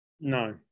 No